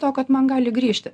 to kad man gali grįžti